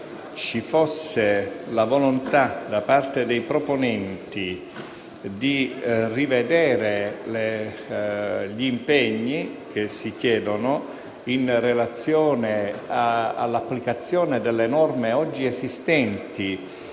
ci fosse però la volontà da parte dei proponenti di rivedere gli impegni che si chiedono in relazione all'applicazione delle norme oggi esistenti,